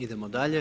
Idemo dalje.